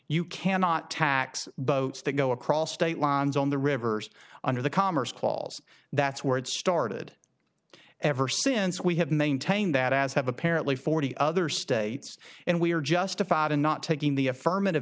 you cannot tax boats that go across state lines on the rivers under the commerce clause that's where it started ever since we have maintained that as have apparently forty other states and we are justified in not taking the affirmative